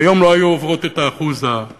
שהיום לא היו עוברות את אחוז החסימה.